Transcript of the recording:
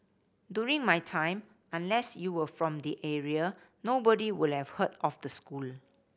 during my time unless you were from the area nobody would have heard of the school